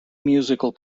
musical